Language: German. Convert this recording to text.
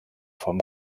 form